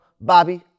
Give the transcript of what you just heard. Bobby